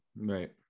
right